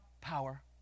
power